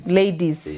ladies